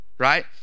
right